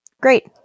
Great